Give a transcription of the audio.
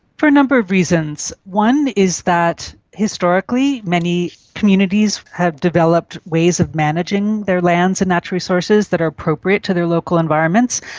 for a number of reasons. one is that historically many communities have developed ways of managing their lands and natural resources that are appropriate to their local environments.